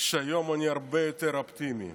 שהיום אני הרבה יותר אופטימי,